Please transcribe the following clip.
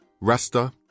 Rasta